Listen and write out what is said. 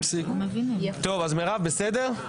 טוב, אז מירב, בסדר?